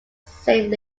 saint